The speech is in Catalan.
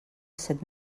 set